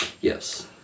Yes